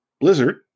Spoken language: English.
Blizzard